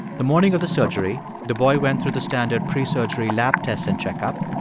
the morning of the surgery, the boy went through the standard pre-surgery lab tests and check-up,